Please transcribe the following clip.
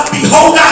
Behold